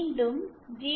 மீண்டும் ஜி